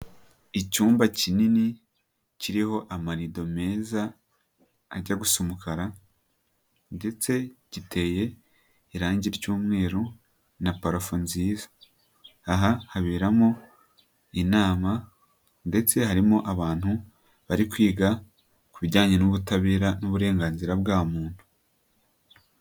Icyumba kinini, kiriho amarido meza ajya gusa umukara ndetse giteye irangi ry'umweru, na parafo nziza. Aha haberamo inama ndetse harimo abantu bari kwiga ku bijyanye n'ubutabera n'uburenganzira bwa muntu.